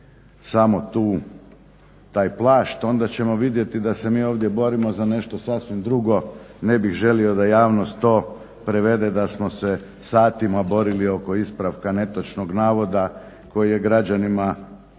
samo taj plašt onda ćemo vidjeti da se mi ovdje borimo za nešto sasvim drugo. Ne bih želio da javnost to prevede da smo se satima borili oko ispravka netočnog navoda koji je građanima